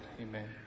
Amen